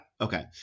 Okay